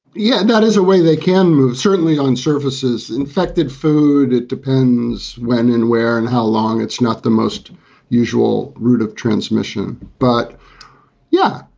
yeah, that is a way they can move, certainly on surfaces, infected food. it depends when and where and how long. it's not the most usual route of transmission. but yeah,